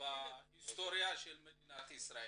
בכל מקרה אנחנו נחליף אותו.